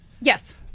Yes